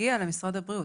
הוא מגיע למשרד הבריאות.